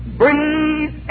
breathe